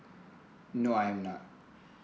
no I'm not